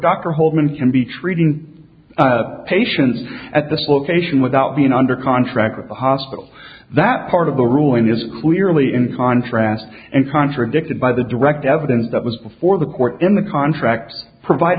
dr holdren can be treating patients at this location without being under contract with the hospital that part of the ruling is clearly in contrast and contradicted by the direct evidence that was before the court in the contracts provided